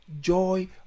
joy